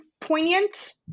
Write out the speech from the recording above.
poignant